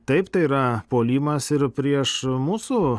taip tai yra puolimas ir prieš mūsų